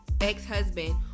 ex-husband